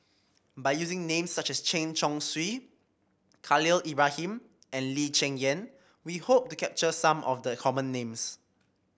by using names such as Chen Chong Swee Khalil Ibrahim and Lee Cheng Yan we hope to capture some of the common names